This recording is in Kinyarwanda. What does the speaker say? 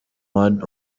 ward